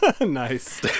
Nice